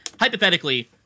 hypothetically